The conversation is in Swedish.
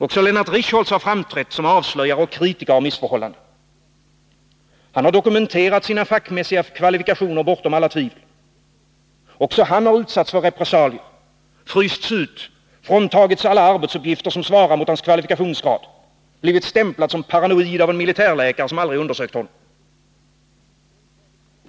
Också Lennart Richholz har framträtt som avslöjare och kritiker av missförhållanden. Han har dokumenterat sina fackmässiga kvalifikationer bortom alla tvivel. Även han har utsatts för repressalier, frysts ut, fråntagits alla arbetsuppgifter som svarar mot hans kvalifikationsgrad, blivit stämplad som paranoid av en militärläkare som aldrig undersökt honom.